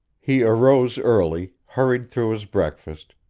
he arose early, hurried through his breakfast,